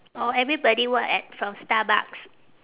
or everybody work at from starbucks